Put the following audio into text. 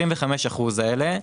ה-25% האלה,